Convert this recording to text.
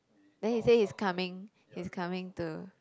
then he say he's coming he's coming to